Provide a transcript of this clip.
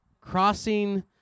crossing